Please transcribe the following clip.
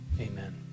Amen